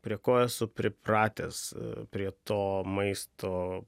prie ko esu pripratęs prie to maisto